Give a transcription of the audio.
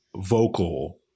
vocal